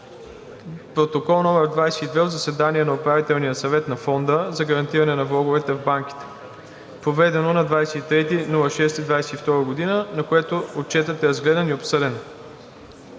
Протокол № 22 от заседание на Управителния съвет на Фонда за гарантиране на влоговете в банките, проведено на 23 юни 2022 г., на което отчетът е разгледан и обсъден.